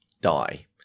die